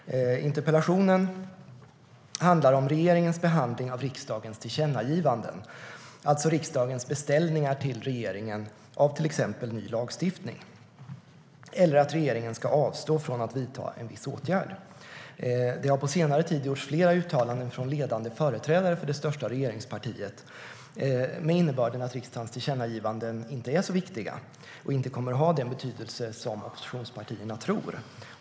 Interpellationen handlar om regeringens behandling av riksdagens tillkännagivanden, alltså riksdagens beställningar till regeringen av till exempel ny lagstiftning eller att regeringen ska avstå från att vidta en viss åtgärd. Det har på senare tid gjorts flera uttalanden från ledande företrädare för det största regeringspartiet med innebörden att riksdagens tillkännagivanden inte är så viktiga och inte kommer att ha den betydelse som oppositionspartierna tror.